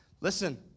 listen